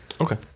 Okay